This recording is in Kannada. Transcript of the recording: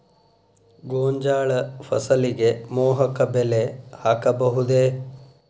ಗೋಂಜಾಳ ಫಸಲಿಗೆ ಮೋಹಕ ಬಲೆ ಹಾಕಬಹುದೇ?